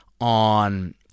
on